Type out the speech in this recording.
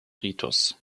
ritus